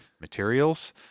materials